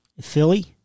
Philly